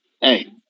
Hey